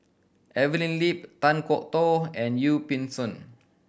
Evelyn Lip Kan Kwok Toh and Yee Pun Siew